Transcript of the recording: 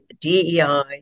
DEI